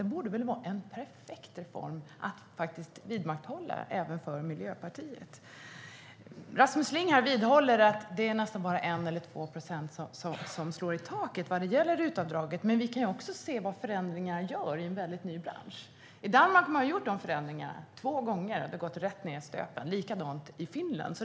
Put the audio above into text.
Det borde väl vara en perfekt reform att vidmakthålla även för Miljöpartiet.Rasmus Ling vidhåller att det bara är 1 eller 2 procent som slår i taket vad gäller RUT-avdraget. Men vi kan också se vad förändringar gör i en ny bransch. I Danmark har man gjort dessa förändringar, och två gånger har det gått i stöpet. Likadant är det i Finland.